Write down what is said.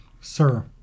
sir